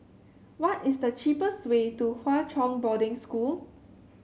what is the cheapest way to Hwa Chong Boarding School